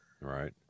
Right